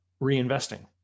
reinvesting